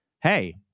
Hey